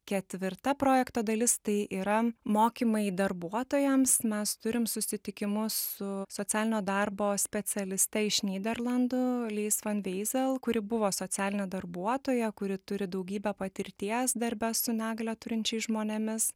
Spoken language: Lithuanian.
ketvirta projekto dalis tai yra mokymai darbuotojams mes turim susitikimus su socialinio darbo specialiste iš nyderlandų leis van veizel kuri buvo socialinė darbuotoja kuri turi daugybę patirties darbe su negalią turinčiais žmonėmis